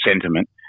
sentiment